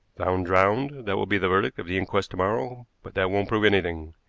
found drowned that will be the verdict of the inquest to-morrow, but that won't prove anything.